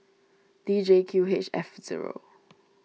D J Q H F zero